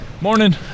Morning